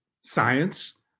science